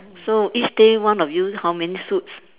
so each day one of you how many suits